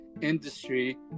industry